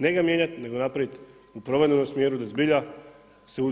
Ne ga mijenjati nego napraviti u … smjeru, da zbilja se